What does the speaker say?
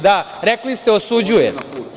Da, rekli ste – osuđujem.